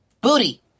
Booty